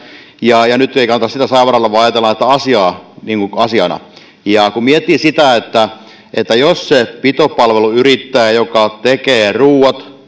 nyt ei kannata siitä saivarella vaan ajatella tätä asiaa niin kuin kuin asiana kun miettii sitä että että jos se pitopalveluyrittäjä tekee ruuat